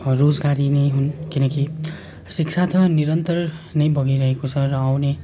रोजगारी नै हुन् किनकि शिक्षा त निरन्तर बगिरहेको छ र आउने